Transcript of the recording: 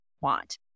want